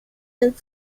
and